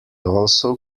also